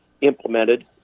implemented